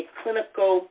clinical